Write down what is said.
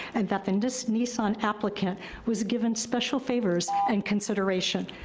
and that and this nissan applicant was given special favors and consideration.